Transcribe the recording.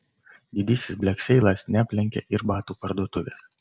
didysis blekseilas neaplenkė ir batų parduotuvės